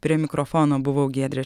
prie mikrofono buvau giedrė